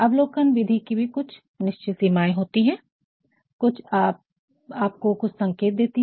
अवलोकन विधि की भी कुछ निश्चित सीमाएं होती हैं